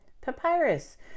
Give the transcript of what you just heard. papyrus